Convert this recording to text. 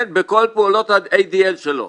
בכל פעולות ה-ADL שלו.